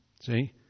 see